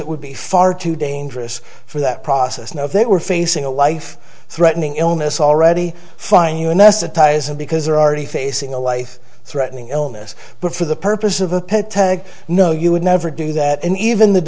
it would be far too dangerous for that process now if they were facing a life threatening illness already fine you anesthetize them because they're already facing a life threatening illness but for the purpose of a pet tag no you would never do that and even the